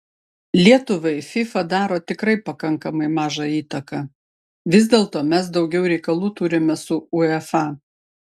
lietuvai fifa daro tikrai pakankamai mažą įtaką vis dėlto mes daugiau reikalų turime su uefa